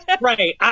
Right